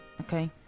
Okay